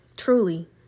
Truly